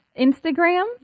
Instagram